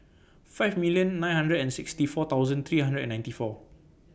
five million nine hundred and sixty four thousand three hundred and ninety four